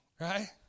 Right